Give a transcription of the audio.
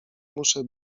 muszę